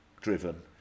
driven